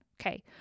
Okay